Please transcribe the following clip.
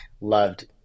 loved